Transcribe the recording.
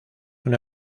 una